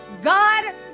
God